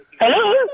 Hello